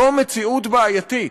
זו מציאות בעייתית.